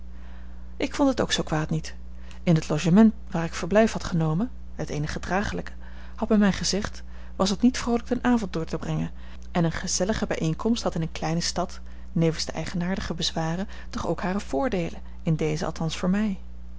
ik vond het ook zoo kwaad niet in het logement waar ik verblijf had genomen het eenige dragelijke had men mij gezegd was het niet vroolijk den avond door te brengen en eene gezellige bijeenkomst had in eene kleine stad nevens de eigenaardige bezwaren toch ook hare voordeelen in dezen althans voor mij